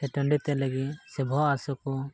ᱥᱮ ᱴᱟᱺᱰᱤᱛᱮ ᱞᱟᱹᱜᱤᱫ ᱥᱮ ᱵᱚᱦᱚᱜ ᱦᱟᱹᱥᱩ ᱠᱚ